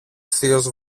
θείος